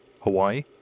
Hawaii